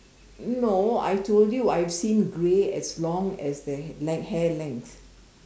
no I told you I have seen grey as long as their length hair length